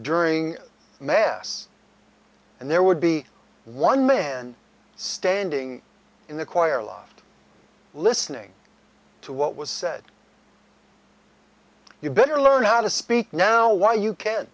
during mass and there would be one man standing in the choir loft listening to what was said you better learn how to speak now why you can't